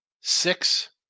Six